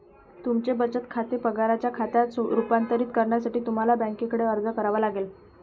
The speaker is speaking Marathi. तुमचे बचत खाते पगाराच्या खात्यात रूपांतरित करण्यासाठी तुम्हाला बँकेकडे अर्ज करावा लागेल